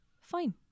Fine